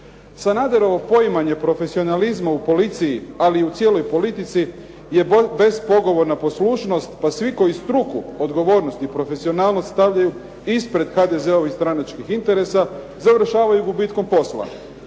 Sanaderovo poimanje profesionalizma u policiji, ali i u cijeloj politici je bespogovorna poslušnost pa svi koji struku, odgovornost i profesionalnost stavljaju ispred HDZ-ovih stranačkih interesa završavaju gubitkom posla.